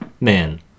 Man